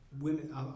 women